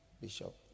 Bishop